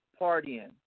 partying